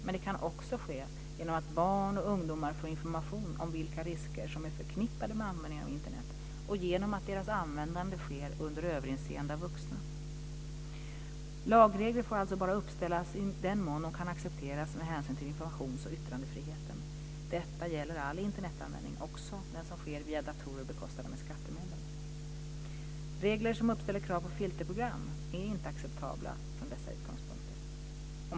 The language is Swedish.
Det kan också ske genom att barn och ungdomar får information om vilka risker som är förknippade med användningen av Internet och genom att deras användande sker under överinseende av vuxna. Lagregler får alltså bara uppställas i den mån de kan accepteras med hänsyn till informations och yttrandefriheten. Detta gäller all Internetanvändning, också den som sker via datorer bekostade med skattemedel. Regler som uppställer krav på filterprogram är inte acceptabla från dessa utgångspunkter.